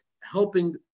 helping